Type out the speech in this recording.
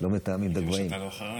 לא מתאמים את הגבהים.